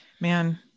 Man